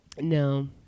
No